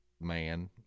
man